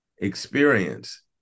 experience